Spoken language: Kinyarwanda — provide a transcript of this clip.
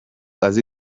azi